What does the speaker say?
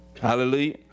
Hallelujah